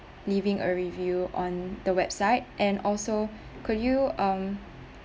leaving a review on the website and also could you um